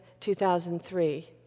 2003